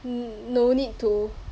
um no need to